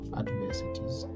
adversities